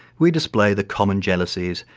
we display the common jealousies,